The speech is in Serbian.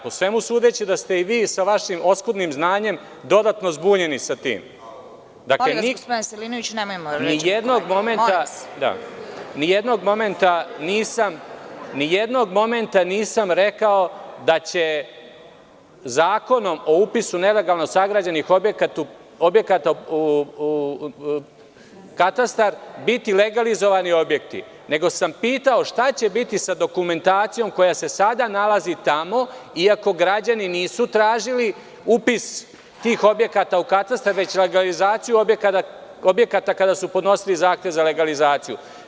Po svemu sudeći da ste i vi sa vašim oskudnim znanjem dodatno zbunjeni sa tim. (Predsedavajuća: Molim vas, gospodine Veselinoviću nemojte vređati.) Molim vas, nijednog momenta nisam rekao da će Zakonom o upisu nelegalno sagrađenih objekata u katastar biti legalizovani objekti nego sam pitao šta će biti sa dokumentacijom koja se sada nalazi tamo iako građani nisu tražili upis tih objekata u katastar već legalizaciju objekata kada su podnosili zahtev za legalizaciju.